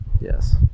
yes